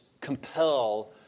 compel